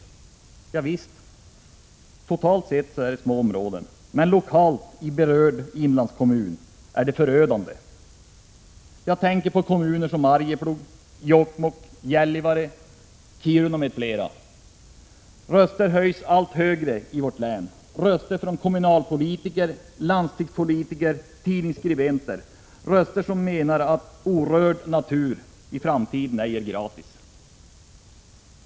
Javisst, totalt sett är det små områden men lokalt i berörd inlandskommun är det förödande. Jag tänker på kommuner som Arjeplog, Jokkmokk, Gällivare, Kiruna m.fl. Röster höjs allt högre i vårt län, röster från kommunalpolitiker, landstingspolitiker, tidningsskribenter, röster som menar att orörd natur i framtiden ej är gratis.